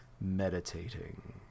meditating